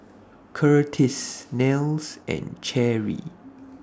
Curtis Nels and Cherry